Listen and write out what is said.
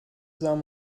sah